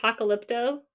Apocalypto